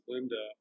Linda